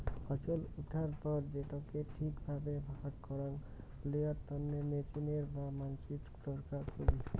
ফছল উঠার পর সেটাকে ঠিক ভাবে ভাগ করাং লেয়ার তন্নে মেচিনের বা মানসির দরকার পড়ি